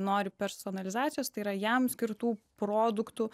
nori personalizacijos tai yra jam skirtų produktų